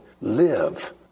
live